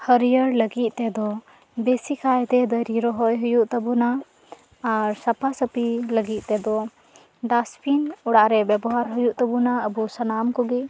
ᱦᱟᱹᱨᱭᱟᱹᱲ ᱞᱟᱹᱜᱤᱫ ᱛᱮᱫᱚ ᱵᱮᱥᱤ ᱠᱟᱭᱛᱮ ᱫᱟᱨᱮ ᱨᱚᱦᱚᱭ ᱦᱩᱭᱩᱜ ᱛᱟᱵᱚᱱᱟ ᱟᱨ ᱥᱟᱯᱷᱟ ᱥᱟᱹᱯᱷᱤ ᱞᱟᱹᱜᱤᱫ ᱛᱮ ᱫᱚ ᱰᱟᱥᱵᱤᱱ ᱚᱲᱟᱜ ᱨᱮ ᱵᱮᱵᱚᱦᱟᱨ ᱦᱩᱭᱩᱜ ᱛᱟᱵᱚᱱᱟ ᱟᱵᱚ ᱥᱟᱱᱟᱢ ᱠᱚᱜᱤ